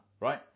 right